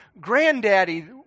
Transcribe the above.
granddaddy